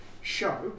show